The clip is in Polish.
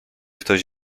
ktoś